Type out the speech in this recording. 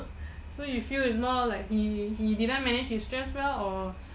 so you feel is like more he he didn't manage his stress well or he